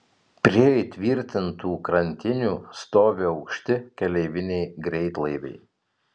prie įtvirtintų krantinių stovi aukšti keleiviniai greitlaiviai